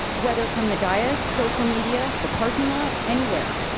whether from the dais, social media, the parking lot, anywhere.